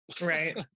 Right